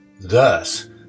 thus